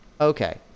Okay